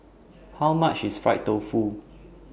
How much IS Fried Tofu